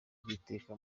bw’iteka